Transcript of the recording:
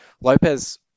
Lopez